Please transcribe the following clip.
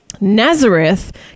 Nazareth